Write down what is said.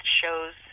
shows